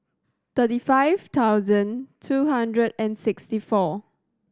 thirty five thousand two hundred and sixty four